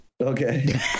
okay